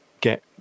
get